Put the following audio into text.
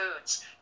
foods